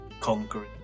Conquering